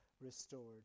restored